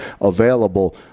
available